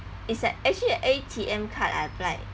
it's a actually a A_T_M card I applied